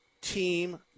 team